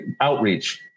outreach